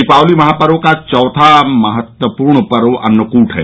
दीपावली महापर्व का चौथा महत्वपूर्ण पर्व अन्नकूट है